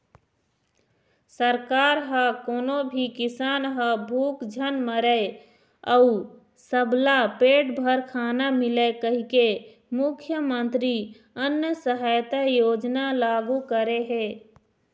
सरकार ह कोनो भी किसान ह भूख झन मरय अउ सबला पेट भर खाना मिलय कहिके मुख्यमंतरी अन्न सहायता योजना लागू करे हे